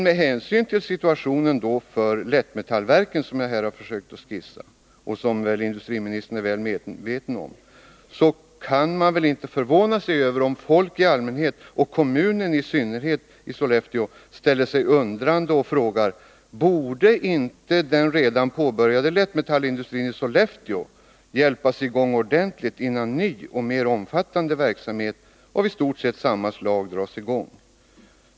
Med hänsyn till situationen för Lättmetallverket, som jag här försökt skissera och som industriministern är väl medveten om, kan man inte förvåna sig över om folk i allmänhet och Sollefteå kommun i synnerhet ställer sig undrande och frågar: Borde inte den redan påbörjade lättmetallindustrin i Sollefteå hjälpas i gång ordentligt, innan ny och mer omfattande verksamhet av i stort sett samma slag dras i gång?